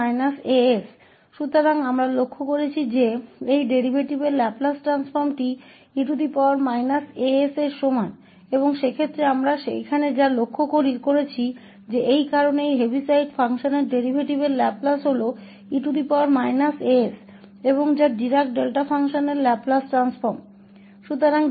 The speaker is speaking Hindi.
तो हमने देखा है कि इस डेरीवेटिव का लाप्लास ट्रांसफॉर्मण e as जैसा है और उस स्थिति में हम यहां जो देखते हैं वह इस हेविसाइड फ़ंक्शन के डेरीवेटिव का लाप्लास है क्योंकि इस हेविसाइड फ़ंक्शन के डेरीवेटिव का लाप्लास e as है असंद जो डिराक डेल्टा फ़ंक्शन का लाप्लास ट्रांसफॉर्मण है